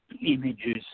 Images